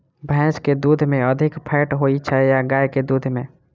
भैंस केँ दुध मे अधिक फैट होइ छैय या गाय केँ दुध में?